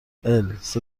السه